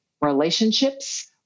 relationships